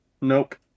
Nope